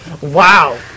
Wow